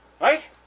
Right